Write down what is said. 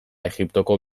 egiptoko